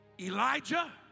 Elijah